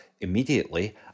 immediately